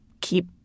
keep